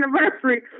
anniversary